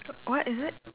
what is it